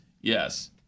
Yes